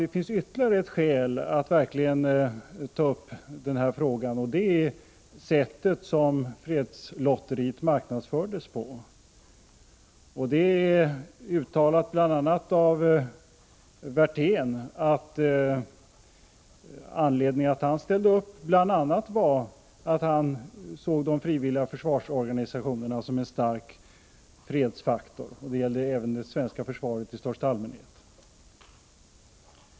Det finns ytterligare ett skäl att verkligen ta upp den här frågan, nämligen det sätt på vilket man marknadsförde fredslotteriet. Bl. a. Werthén uttalade att en av anledningarna till att han ställde upp för detta var att han såg de frivilliga försvarsorganisationerna som en stark fredsfaktor, och det gällde även det svenska försvaret i största allmänhet.